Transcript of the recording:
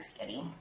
City